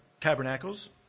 tabernacles